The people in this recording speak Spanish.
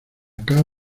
cabo